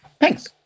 Thanks